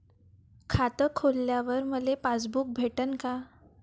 खातं खोलल्यावर मले पासबुक भेटन का?